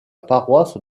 paroisse